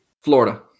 Florida